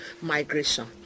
migration